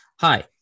hi